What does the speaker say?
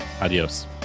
Adios